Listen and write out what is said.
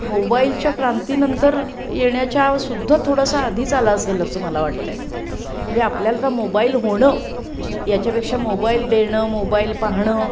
मोबाईलच्या क्रांतीनंतर येण्याच्यासुद्धा थोडासा आधीच आला असेल असं मला वाटतं आहे म्हणजे आपल्याला तर मोबाईल होणं याच्यापेक्षा मोबाईल देणं मोबाईल पाहणं